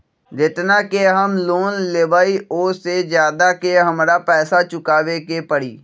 जेतना के हम लोन लेबई ओ से ज्यादा के हमरा पैसा चुकाबे के परी?